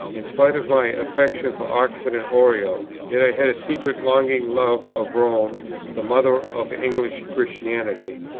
in spite of my affection for oxford and oriel, yet i had a secret longing love of rome the mother of english christianity,